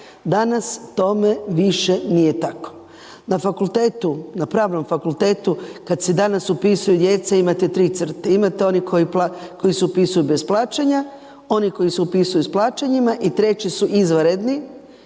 Danas tome više nije tako. Na fakultetu na Pravnom fakultetu imate danas tri crte. Imate one koji se upisuju bez plaćanja, one koji se upisuju s plaćanjima i treći su izvanredni,